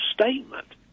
statement